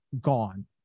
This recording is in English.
gone